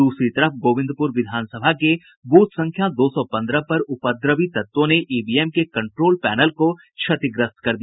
द्रसरी तरफ गोविंदपुर विधानसभा के ब्रथ संख्या दो सौ पंद्रह पर उपद्रवी तत्वों ने ईवीएम के कंट्रोल पैनल को क्षतिग्रस्त कर दिया